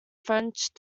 french